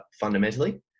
fundamentally